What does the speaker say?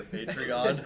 Patreon